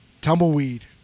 Tumbleweed